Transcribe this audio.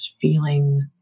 feeling